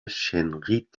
شِنقیط